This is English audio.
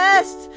tests,